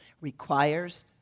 requires